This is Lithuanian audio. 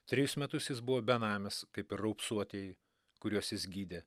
trejus metus jis buvo benamis kaip ir raupsuotieji kuriuos jis gydė